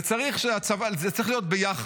וזה צריך להיות ביחד,